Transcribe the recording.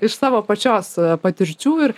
iš savo pačios patirčių ir